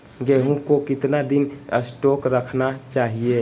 गेंहू को कितना दिन स्टोक रखना चाइए?